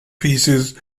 pieces